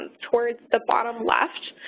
towards the bottom left,